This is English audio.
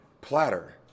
platter